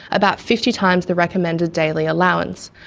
about fifty times the recommended daily allowance.